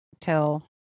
till